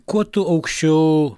kuo tu aukščiau